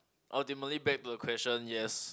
ultimately back to the question yes